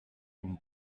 ton